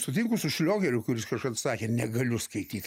sutinku su šliogeriu kuris kažkada sakė negaliu skaityt